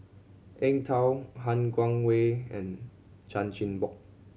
Eng Tow Han Guangwei and Chan Chin Bock